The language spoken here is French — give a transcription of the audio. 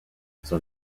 son